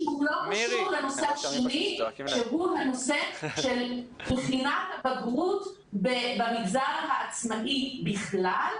לא קשור לנושא השני שהוא הנושא של בחינת הבגרות במגזר העצמאי בכלל,